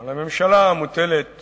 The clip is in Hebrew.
על הממשלה מוטלת